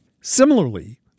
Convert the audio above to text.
Similarly